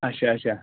اچھا اچھا